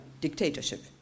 dictatorship